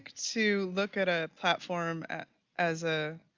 to look at a platform as a,